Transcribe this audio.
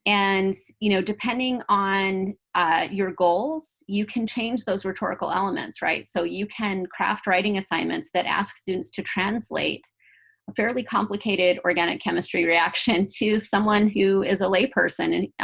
and you know, depending on your goals, you can change those rhetorical elements. so you can craft writing assignments that ask students to translate fairly complicated organic chemistry reaction to someone who is a lay person. and